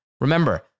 Remember